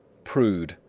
prude,